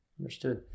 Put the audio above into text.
Understood